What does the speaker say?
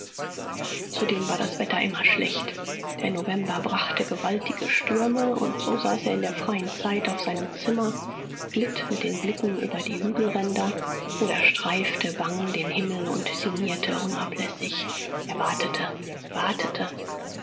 zudem war das wetter immer schlecht der november brachte gewaltige stürme und so saß er in der freien zeit auf seinem zimmer glitt mit den blicken über die hügelränder oder streifte bang den himmel und sinnierte unablässig er wartete wartete